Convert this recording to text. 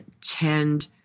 tend